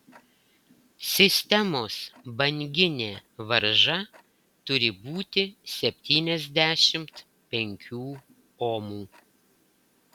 sistemos banginė varža turi būti septyniasdešimt penkių omų